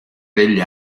degli